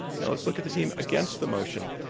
now, let's look at the team against the motion.